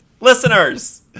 listeners